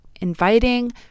inviting